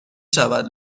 شود